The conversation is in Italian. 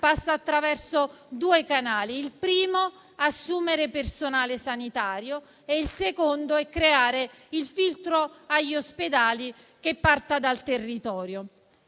passa attraverso due canali: il primo è l'assunzione di personale sanitario e il secondo è la creazione di un filtro agli ospedali che parta dal territorio.